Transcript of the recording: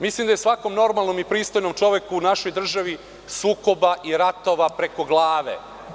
Mislim da je svakom normalnom i pristojnom čoveku u našoj državi sukoba i ratova preko glave.